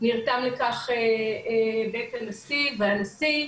נרתם לכך בית הנשיא והנשיא,